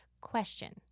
Question